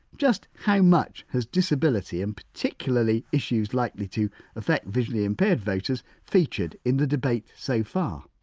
just how much has disability and particularly issues likely to affect visually-impaired voters, featured in the debate so far?